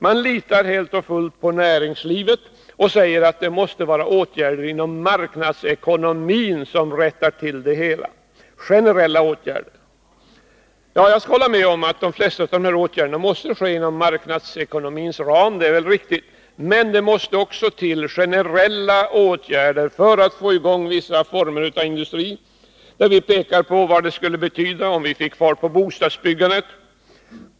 Man litar helt och fullt på näringslivet och säger att det måste vara generella åtgärder inom marknadsekonomin som rättar till det hela. Ja, jag skall hålla med om att de flesta av åtgärderna måste ske inom marknadsekonomins ram. Det är riktigt. Men det måste också till generella åtgärder för att få i gång vissa former av industri. Vi pekar på vad det skulle betyda om vi fick fart på bostadsbyggandet.